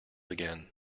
again